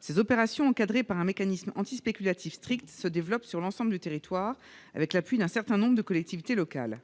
Ces opérations, encadrées par un mécanisme anti-spéculatif strict, se développent sur l'ensemble du territoire, avec l'appui d'un certain nombre de collectivités locales.